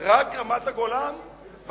רק רמת-הגולן?